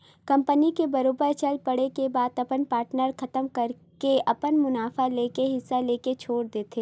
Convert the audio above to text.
company के बरोबर चल पड़े के बाद अपन पार्टनर खतम करके अपन मुनाफा लेके हिस्सा लेके छोड़ देथे